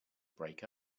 break